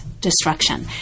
destruction